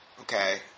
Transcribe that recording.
Okay